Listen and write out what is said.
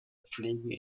pflege